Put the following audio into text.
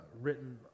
written